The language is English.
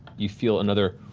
you feel another